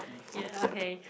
ya okay